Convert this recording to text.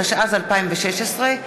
התשע"ז 2016,